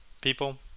people